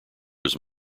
was